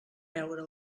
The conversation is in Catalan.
veure